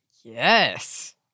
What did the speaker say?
Yes